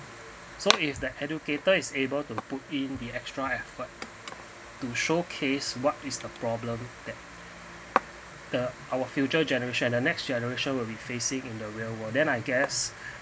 so if the educator is able to put in the extra effort to show case what is the problem that the our future generation and the next generation will be facing in the real world and then I guess